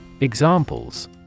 Examples